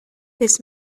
this